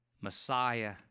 Messiah